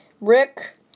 Rick